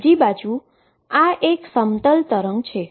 બીજી બાજુ આ એક પ્લેન વેવ છે